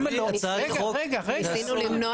תמנעו